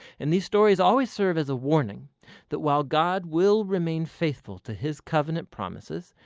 and these stories always serve as a warning that while god will remain faithful to his covenant promises,